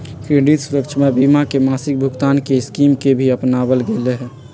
credit सुरक्षवा बीमा में मासिक भुगतान के स्कीम के भी अपनावल गैले है